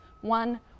one